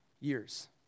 years